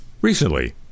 recently